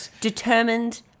determined